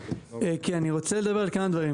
אני רוצה לדבר על כמה דברים.